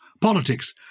politics